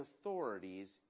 authorities